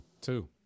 two